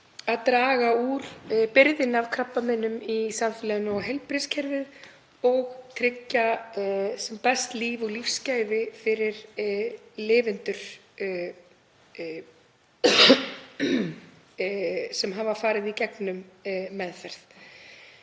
að draga úr byrðinni af krabbameinum í samfélaginu og álagi á heilbrigðiskerfið og tryggja sem best líf og lífsgæði fyrir lifendur sem hafa farið í gegnum meðferð.